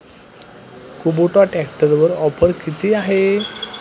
Kubota ट्रॅक्टरवर offer किती आहे?